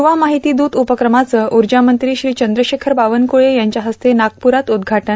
युवा माहिती दूत उपकमाचं ऊर्जा मंत्री श्री चंद्रशेखर बावनकुळे यांच्या हस्ते नागपूरात उद्घाटन